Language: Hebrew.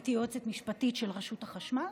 הייתי יועצת משפטית של רשות החשמל,